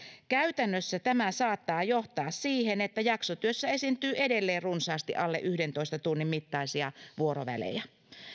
käytännössä tämä saattaa johtaa siihen että jaksotyössä esiintyy edelleen runsaasti alle yhdentoista tunnin mittaisia vuorovälejä